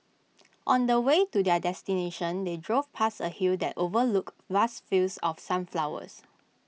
on the way to their destination they drove past A hill that overlooked vast fields of sunflowers